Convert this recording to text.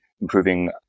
improving